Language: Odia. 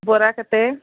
ବରା କେତେ